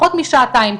פחות משעתיים,